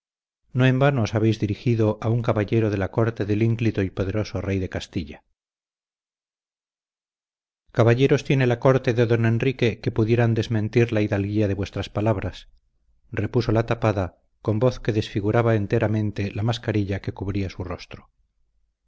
no en vano os habéis dirigido a un caballero de la corte del ínclito y poderoso rey de castilla caballeros tiene la corte de don enrique que pudieran desmentir la hidalguía de vuestras palabras repuso la tapada con voz que desfiguraba enteramente la mascarilla que cubría su rostro